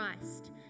Christ